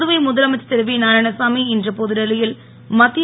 புதுவை முதலமைச்சர் திரு வி நாராயணசாமி இன்று புதுடெல்லியில் மத்திய